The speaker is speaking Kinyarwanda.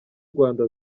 rwanda